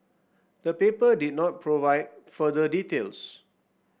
the paper did not provide further details